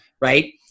right